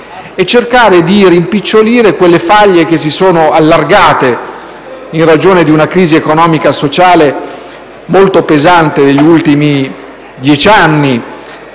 e cercare di rimpicciolire quelle faglie che si sono allargate in ragione della crisi economica e sociale molto pesante degli ultimi dieci anni;